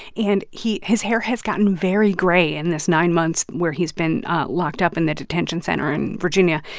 and he his hair has gotten very gray in this nine months where he's been locked up in the detention center in virginia.